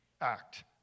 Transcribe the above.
act